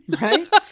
Right